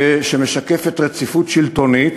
שמשקפת רציפות שלטונית